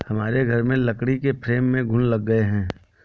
हमारे घर में लकड़ी के फ्रेम में घुन लग गए हैं